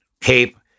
cape